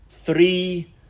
Three